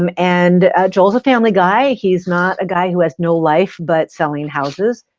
um and joel's a family guy. he's not a guy who has no life but selling houses.